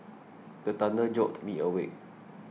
the thunder jolt me awake